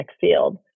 field